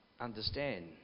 understand